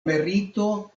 merito